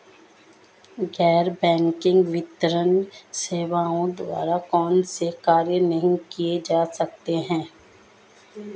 गैर बैंकिंग वित्तीय सेवाओं द्वारा कौनसे कार्य नहीं किए जा सकते हैं?